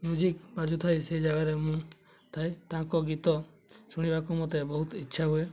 music ବାଜୁ ଥାଏ ସେ ଜାଗାରେ ମୁଁ ଥାଏ ତାଙ୍କ ଗୀତ ଶୁଣିବାକୁ ମୋତେ ବହୁତ ଇଚ୍ଛା ହୁଏ